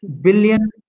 billion